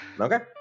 Okay